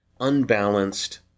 unbalanced